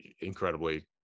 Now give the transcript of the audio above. incredibly